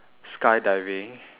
skydiving